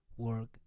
work